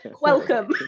Welcome